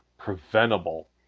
preventable